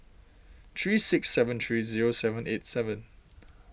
three six seven three zero seven eight seven